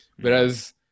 Whereas